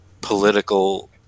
political